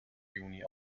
juni